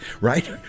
right